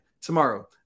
tomorrow